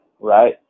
right